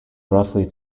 roughly